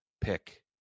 pick